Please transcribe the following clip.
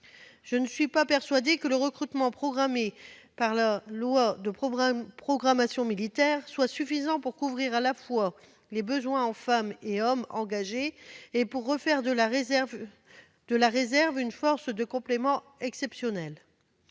Je ne suis pas persuadée que le recrutement prévu dans la loi de programmation militaire soit suffisant pour, à la fois, couvrir les besoins en femmes et hommes engagés et refaire de la réserve une force de complément exceptionnelle,